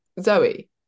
Zoe